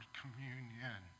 communion